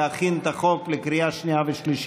להכין את החוק לקריאה שנייה ושלישית.